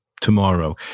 tomorrow